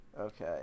Okay